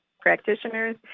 Practitioners